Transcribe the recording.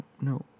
no